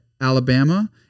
Alabama